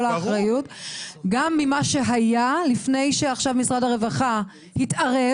האחריות גם ממה שהיה לפני שעכשיו משרד הרווחה התערב